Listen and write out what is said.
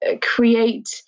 create